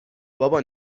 بابا